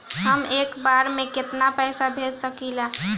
हम एक बार में केतना पैसा भेज सकिला?